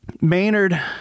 Maynard